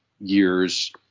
years